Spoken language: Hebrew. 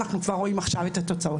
אנחנו כבר עכשיו רואים את התוצאות.